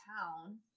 town